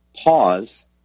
pause